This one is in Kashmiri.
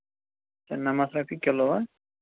اَچھا نَمَتھ رۄپیہِ کِلوٗ